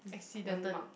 accident mark